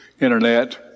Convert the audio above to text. internet